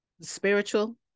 Spiritual